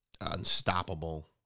unstoppable